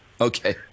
Okay